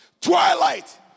Twilight